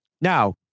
Now